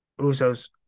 Usos